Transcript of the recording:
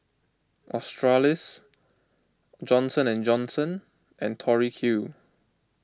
Australis Johnson and Johnson and Tori Q